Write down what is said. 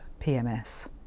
PMS